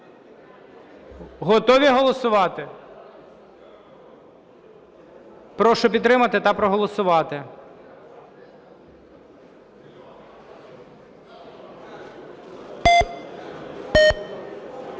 Готові голосувати? Прошу підтримати та проголосувати.